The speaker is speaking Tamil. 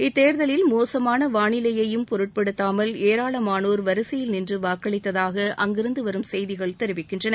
இத்தேர்தலில் மோசமான வானிலையையும் பொருட்படுத்தாமல் ஏராளமானோர் வரிசையில் நின்று வாக்களித்ததாக அங்கிருந்து வரும் செய்திகள் தெரிவிக்கின்றன